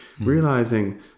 realizing